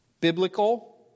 biblical